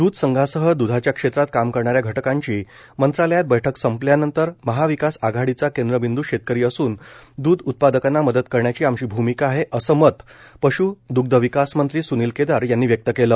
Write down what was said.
दुध संघासह दुधाच्या क्षेत्रात काम करणाऱ्या घटकांची मंत्रालयात बैठक संपल्यानंतर महाविकास आघाडीचा केंद्रबिंदू शेतकरी असून दूध उत्पादकांना मदत करण्याची आमची भूमिका आहे असे मत पश् दुग्धविकास मंत्री सुनील केदार यांनी व्यक्त केलं